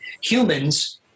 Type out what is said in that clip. Humans